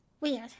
weird